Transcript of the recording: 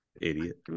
Idiot